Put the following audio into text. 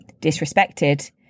disrespected